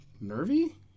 nervy